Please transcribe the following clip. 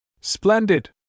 Splendid